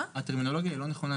הטרמינולוגיה היא לא נכונה,